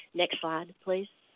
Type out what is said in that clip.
next slide please.